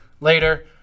later